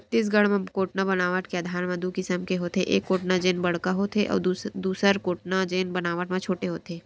छत्तीसगढ़ म कोटना बनावट के आधार म दू किसम के होथे, एक कोटना जेन बड़का होथे अउ दूसर कोटना जेन बनावट म छोटे होथे